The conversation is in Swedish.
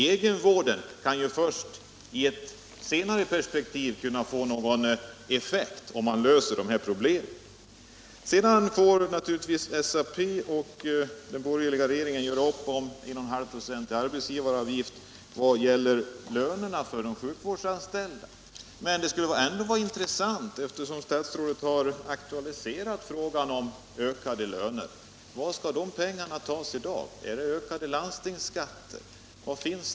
Egenvården kan få effekt först i ett längre perspektiv, då man har löst de här problemen. Sedan får naturligtvis SAP och den borgerliga regeringen göra upp om de 1,5 procenten i arbetsgivaravgift och betydelsen därav vad gäller löner för de sjukvårdsanställda. Men eftersom statsrådet har aktualiserat frågan om ökade löner skulle det ändå vara intressant att få veta: Varifrån skall de pengarna tas i dag? Från ökade landstingsskatter?